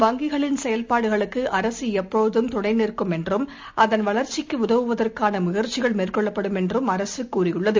வங்கிகளின் செயல்பாடுகளுக்குஅரசுஎப்போதும் துணைநிற்கும் என்றும் அதன் வளர்ச்சிக்குஉதவுவதற்கானமுயற்சிகள் மேற்கொள்ளப்படும் என்றும் அரசுகூறியுள்ளது